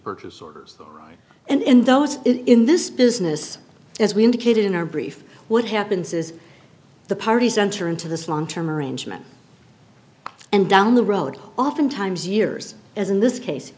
purchase orders and in those in this business as we indicated in our brief what happens is the parties enter into this long term arrangement and down the road oftentimes years as in this case